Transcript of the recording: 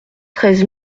treize